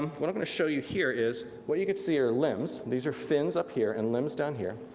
what i'm going to show you here is, what you can see are limbs, these are fins up here and limbs down here.